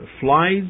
flies